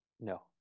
No